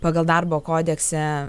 pagal darbo kodekse